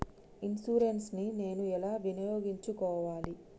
Insurance ని నేను ఎలా వినియోగించుకోవాలి?